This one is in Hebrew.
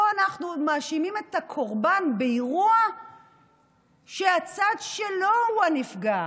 פה אנחנו עוד מאשימים את הקורבן באירוע שהצד שלו הוא הנפגע.